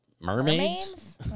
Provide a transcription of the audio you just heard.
mermaids